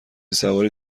سواری